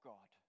God